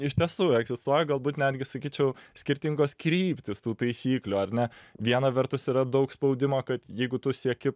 iš tiesų egzistuoja galbūt netgi sakyčiau skirtingos kryptys tų taisyklių ar ne viena vertus yra daug spaudimo kad jeigu tu sieki